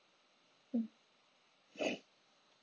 mm